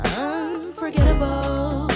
unforgettable